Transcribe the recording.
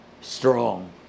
strong